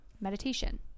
meditation